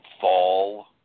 fall